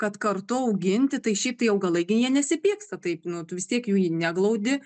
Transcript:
kad kartu auginti tai šiaip tai augalai gi jie nesipyksta taip nu tu vis tiek jų neglaudi